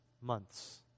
months